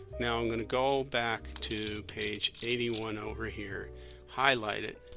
now i'm going to go back to page eighty one over here highlight it,